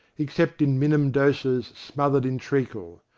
except in minim doses smothered in treacle.